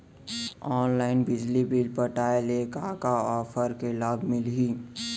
Online बिजली bill पटाय ले का का ऑफ़र के लाभ मिलही?